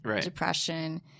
depression